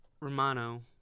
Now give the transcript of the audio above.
Romano